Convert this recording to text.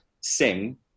sing